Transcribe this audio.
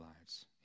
lives